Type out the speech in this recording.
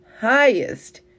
highest